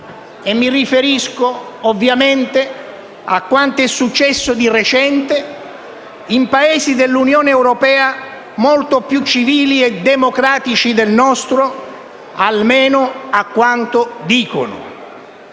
Mi riferisco, ovviamente, a quanto è successo di recente in Paesi dell'Unione europea molto più civili e democratici del nostro, almeno a quanto dicono.